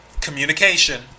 communication